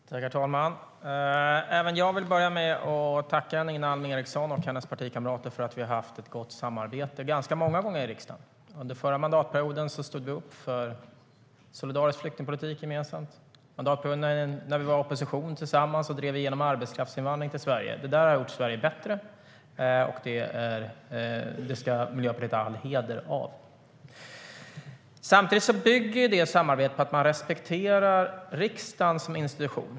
STYLEREF Kantrubrik \* MERGEFORMAT Utgiftsramar och beräkning av stats-inkomsternaSamtidigt bygger det samarbetet på att man respekterar riksdagen som institution.